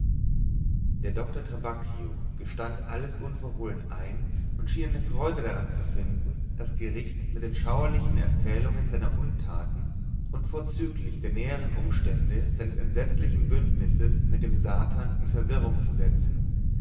der doktor trabacchio gestand alles unverhohlen ein und schien eine freude daran zu finden das gericht mit den schauerlichen erzählungen seiner untaten und vorzüglich der nähern umstände seines entsetzlichen bündnisses mit dem satan in verwirrung zu setzen